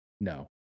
No